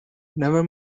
never